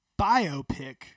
biopic